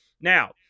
Now